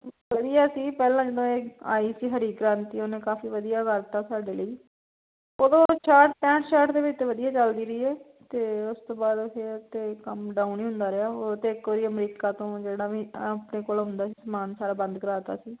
ਵਧੀਆ ਸੀ ਪਹਿਲਾਂ ਜਦੋਂ ਇਹ ਆਈ ਸੀ ਹਰੀ ਕ੍ਰਾਂਤੀ ਉਹਨੇ ਕਾਫ਼ੀ ਵਧੀਆ ਕਰਤਾ ਸਾਡੇ ਲਈ ਉਦੋਂ ਛਿਆਹਟ ਪੈਂਹਟ ਛਿਆਹਟ ਦੇ ਵਿੱਚ ਤਾਂ ਵਧੀਆ ਚੱਲਦੀ ਰਹੀ ਹੈ ਅਤੇ ਉਸ ਤੋਂ ਬਾਅਦ ਫਿਰ ਤਾਂ ਕੰਮ ਡਾਊਨ ਹੀ ਹੁੰਦਾ ਰਿਹਾ ਉਹ ਤਾਂ ਇੱਕ ਵਾਰ ਅਮਰੀਕਾ ਤੋਂ ਜਿਹੜਾ ਵੀ ਆਪਣੇ ਕੋਲੋਂ ਹੁੰਦਾ ਸੀ ਸਮਾਨ ਸਾਰਾ ਬੰਦ ਕਰਾ ਤਾ ਸੀ